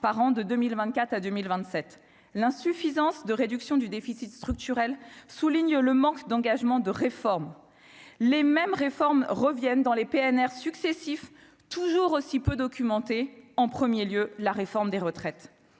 par an de 2000 24 à 2027 l'insuffisance de réduction du déficit structurel, souligne le manque d'engagement de réformes, les mêmes réformes reviennent dans les PNR successifs, toujours aussi peu documentée en 1er lieu la réforme des retraites,